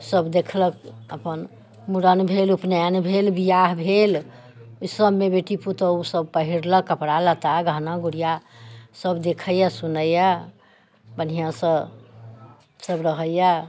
सभ देखलक अपन मूड़न भेल उपनयन भेल विवाह भेल ईसभमे बेटी पुतोहु सभ पहिरलक कपड़ा लत्ता गहना गुड़िया सभ देखैए सुनैए बढ़िआँसँ सभ रहैए